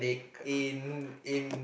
in in